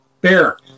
Bear